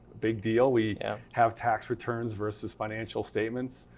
big deal. we have tax returns versus financial statements,